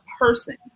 person